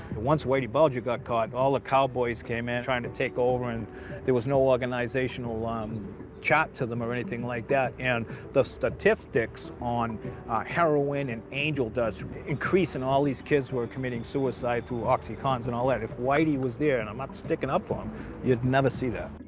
once whitey bulger got caught, all the cowboys came in trying to take over, and there was no organizational um chart to them or anything like that. and the statistics on heroin and angel dust increased. and all these kids were committing suicide through oxycontins and all that. if whitey was there and i'm not sticking up for him you'd never see that.